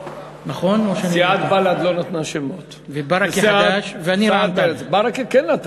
סיעת בל"ד לא נתנה שמות, ברכה כן נתן.